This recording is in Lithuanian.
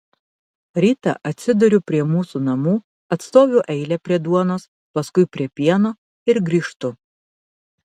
rytą atsiduriu prie mūsų namų atstoviu eilę prie duonos paskui prie pieno ir grįžtu